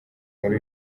muri